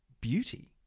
beauty